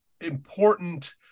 important